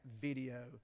video